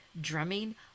drumming